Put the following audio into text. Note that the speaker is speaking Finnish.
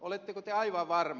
oletteko te aivan varma